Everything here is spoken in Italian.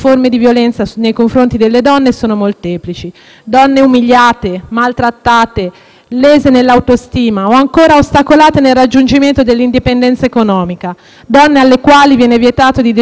donne umiliate, maltrattate, lese nell'autostima o, ancora, ostacolate nel raggiungimento dell'indipendenza economica; donne alle quali viene vietato di decidere liberamente e autonomamente della propria vita,